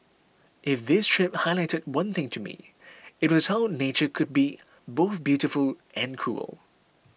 if this trip highlighted one thing to me it was how nature could be both beautiful and cruel